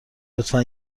لطفا